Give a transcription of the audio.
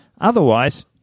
Otherwise